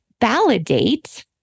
validate